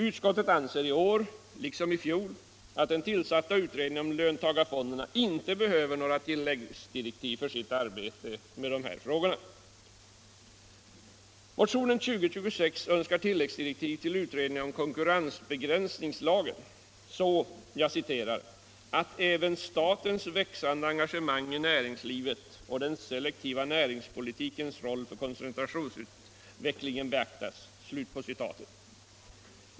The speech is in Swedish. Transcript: Utskottet anser i år liksom i fjol att den tillsatta utredningen om löntagarfonder inte behöver några tilläggsdirektiv för sitt arbete med dessa frågor. Motionen 2026 önskar tilläggsdirektiv till utredningen om konkurrensbegränsningslagen så att även statens växande engagemang i näringslivet och den selektiva näringspolitikens roll för koncentrationsutvecklingen beaktas.